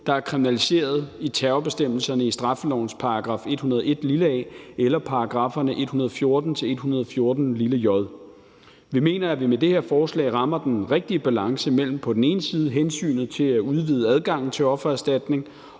der er kriminaliseret i terrorbestemmelserne i straffelovens § 101 a eller §§ 114-114 j. Vi mener, at vi med det her forslag rammer den rigtige balance mellem på den ene side hensynet til at udvide adgangen til offererstatning